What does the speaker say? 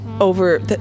over